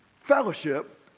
Fellowship